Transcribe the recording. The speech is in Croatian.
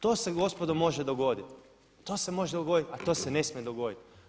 To se gospodo može dogoditi, to se može dogoditi, ali to se ne smije dogoditi.